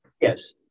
yes